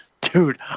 Dude